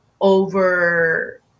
over